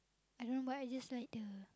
I don't know why I just like the